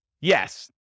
Yes